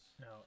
No